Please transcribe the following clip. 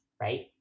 right